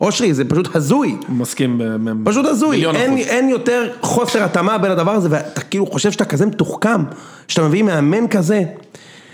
אושרי, זה פשוט הזוי, פשוט הזוי, אין יותר חוסר התאמה בין הדבר הזה ואתה כאילו חושב שאתה כזה מתוחכם, שאתה מביא מאמן כזה